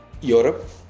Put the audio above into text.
Europe